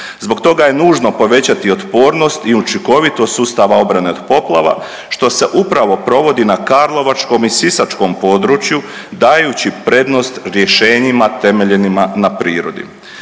Zbog toga je nužno povećati otpornost i učinkovitost sustava obrane od poplava što se upravo provodi na karlovačkom i sisačkom području dajući prednost rješenjima temeljenima na prirodi.